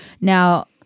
now